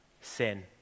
sin